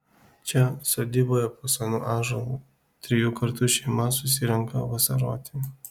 čia sodyboje po senu ąžuolu trijų kartų šeima susirenka vasaroti